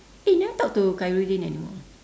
eh you never talk to khairuddin anymore ah